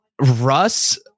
Russ